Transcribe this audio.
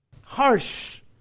Harsh